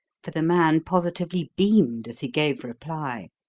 for the man positively beamed as he gave reply.